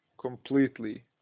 completely